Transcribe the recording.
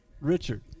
Richard